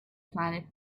planet